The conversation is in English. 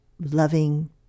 loving